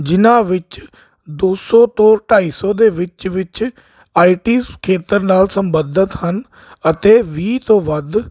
ਜਿਹਨਾਂ ਵਿੱਚ ਦੋ ਸੌ ਤੋਂ ਢਾਈ ਸੌ ਦੇ ਵਿੱਚ ਵਿੱਚ ਆਈਟੀ ਖੇਤਰ ਨਾਲ ਸੰਬੰਧਿਤ ਹਨ ਅਤੇ ਵੀਹ ਤੋਂ ਵੱਧ